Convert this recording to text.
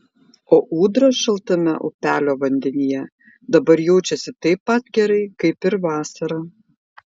o ūdra šaltame upelio vandenyje dabar jaučiasi taip pat gerai kaip ir vasarą